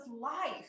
life